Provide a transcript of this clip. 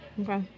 Okay